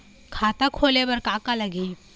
खाता खोले बर का का लगही?